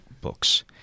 books